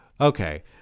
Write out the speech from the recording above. Okay